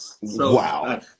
Wow